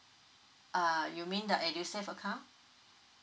uh you mean the edusave account